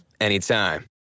anytime